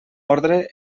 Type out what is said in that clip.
ordre